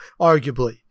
arguably